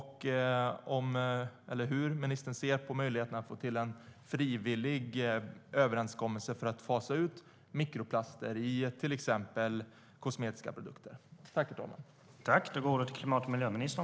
Hur ser ministern på möjligheterna att få till frivilliga överenskommelser för att fasa ut mikroplaster i till exempel kosmetiska produkter?